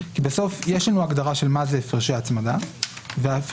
כי יש לנו הגדרה של מה זה "הפרשי הצמדה" והם